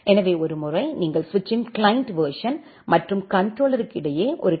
எனவே ஒருமுறை நீங்கள் சுவிட்சின் கிளையன்ட் வெர்சன் மற்றும் கண்ட்ரோலர்க்கு இடையே ஒரு டீ